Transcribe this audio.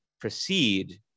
proceed